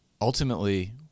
ultimately